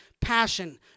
passion